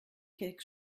quelque